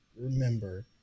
remember